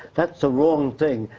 that's a wrong thing.